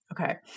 Okay